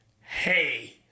hey